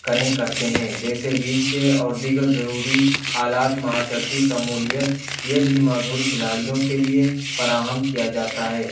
کریں کرتے ہیں جیسے ویل چیئر اور دیگر ضروری آلات معاشرتی شمولیت یہ بھی معذور کھلاڑیوں کے لیے فراہم کیا جاتا ہے